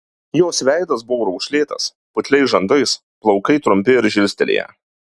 jos veidas buvo raukšlėtas putliais žandais plaukai trumpi ir žilstelėję